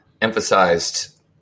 emphasized